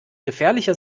gefährlicher